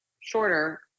shorter